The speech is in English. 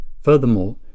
Furthermore